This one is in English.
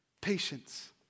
patience